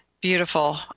beautiful